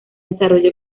desarrollo